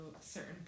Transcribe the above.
certain